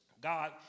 God